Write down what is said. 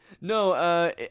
No